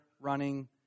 running